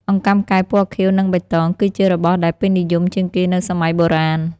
អង្កាំកែវពណ៌ខៀវ និងបៃតង គឺជារបស់ដែលពេញនិយមជាងគេនៅសម័យបុរាណ។